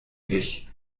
ich